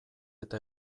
eta